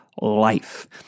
life